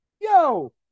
Yo